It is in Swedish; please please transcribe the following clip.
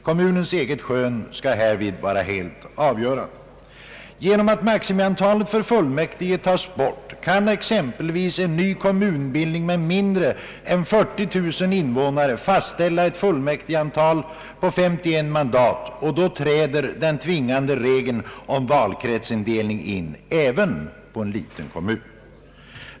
Kommunens eget skön skall härvid vara helt avgörande. Genom att maximiantalet för fullmäktige tas bort kan exempelvis en ny kommunbildning med mindre än 40 000 invånare fastställa ett fullmäktigeantal på 51 mandat, och då träder den tvingande regeln om valkretsindelning in även på en liten kommun.